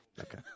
Okay